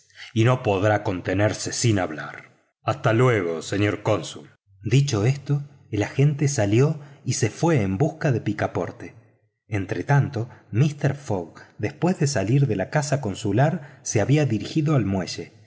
y no podrá contenerse de hablar hasta luego señor cónsul dicho esto el agente salió y se fue en busca de picaporte entretanto mister fogg después de salir de la casa consular se había dirigido al muelle